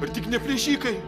ar tik ne plėšikai